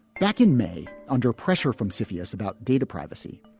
back in may, under pressure from cfius about data privacy,